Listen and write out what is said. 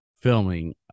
filming